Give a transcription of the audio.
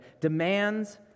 demands